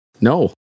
No